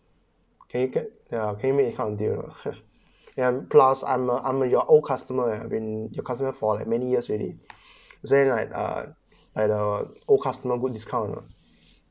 can you get uh pay me or not and plus I am uh I am your old customers uh and your customer for like many years already is there any like uh like uh old customer good discount or not